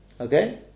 Okay